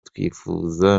twifuza